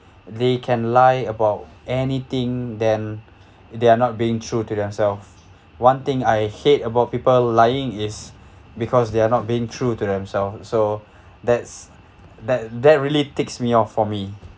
they can lie about anything then they are not being true to themself one thing I hate about people lying is because they are not being true to themselves so that's that that really ticks me off for me